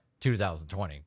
2020